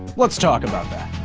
let's talk about that.